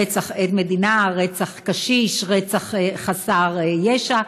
רצח עד מדינה, רצח קשיש, רצח חסר ישע,